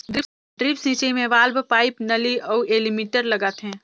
drip सिंचई मे valve, pipe, नली अउ एलीमिटर लगाथें